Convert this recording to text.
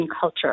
culture